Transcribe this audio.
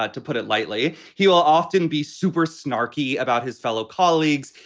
but to put it lightly, he will often be super snarky about his fellow colleagues.